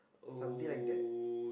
something like that